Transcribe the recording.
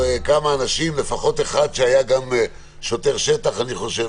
כמה אנשים, לפחות אחד שהיה גם שוטר שטח, אני חושב.